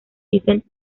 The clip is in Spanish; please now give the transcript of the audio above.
vincent